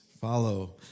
Follow